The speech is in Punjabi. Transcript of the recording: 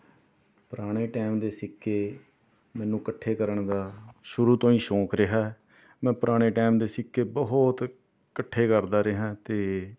ਪੁਰਾਣੇ ਟਾਈਮ ਦੇ ਸਿੱਕੇ ਮੈਨੂੰ ਇਕੱਠੇ ਕਰਨ ਦਾ ਸ਼ੁਰੂ ਤੋਂ ਹੀ ਸ਼ੌਕ ਰਿਹਾ ਮੈਂ ਪੁਰਾਣੇ ਟਾਇਮ ਦੇ ਸਿੱਕੇ ਬਹੁਤ ਇਕੱਠੇ ਕਰਦਾ ਰਿਹਾਂ ਅਤੇ